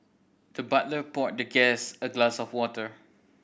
the butler poured the guest a glass of water